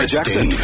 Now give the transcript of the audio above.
Jackson